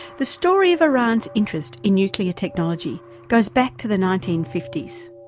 the story of iran's interest in nuclear technology goes back to the nineteen fifty s.